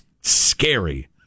scary